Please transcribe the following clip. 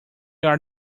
are